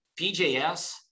PJS